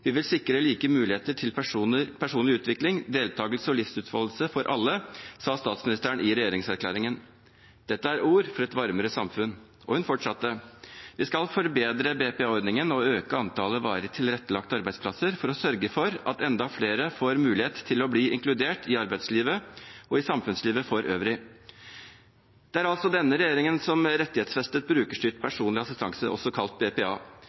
Vi vil sikre like muligheter til personlig utvikling, deltakelse og livsutfoldelse for alle.» Dette er ord for et varmere samfunn. Og hun fortsatte: «Vi skal forbedre BPA-ordningen og øke antallet VTA-plasser for å sørge at enda flere får mulighet til å bli inkludert i arbeidslivet og i samfunnslivet for øvrig.» Det er denne regjeringen som rettighetsfestet brukerstyrt personlig assistanse, også kalt BPA.